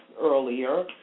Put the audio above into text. earlier